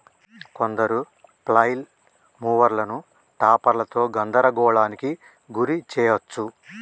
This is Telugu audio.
కొందరు ఫ్లైల్ మూవర్లను టాపర్లతో గందరగోళానికి గురి చేయచ్చు